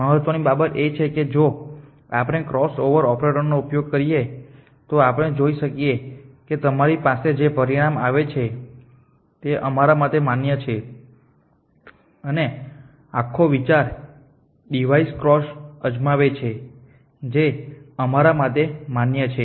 મહત્ત્વની બાબત એ છે કે જો આપણે ક્રોસઓવર ઓપરેટરોનો ઉપયોગ કરીએ તો આપણે જોઈએ છીએ કે તમારી પાસે જે પરિણામ આવે છે તે અમારા માટે માન્ય છે અને આખો વિચાર ડિવાઇસ ક્રોસમાં અજમાવે છે જે અમારા માટે માન્ય છે